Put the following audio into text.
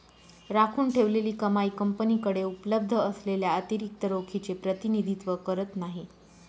राखून ठेवलेली कमाई कंपनीकडे उपलब्ध असलेल्या अतिरिक्त रोखीचे प्रतिनिधित्व करत नाही